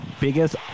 biggest